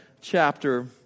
chapter